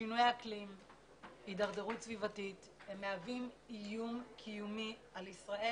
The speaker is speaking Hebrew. שינויי אקלים והידרדרות סביבתית מהווים איום קיומי על ישראל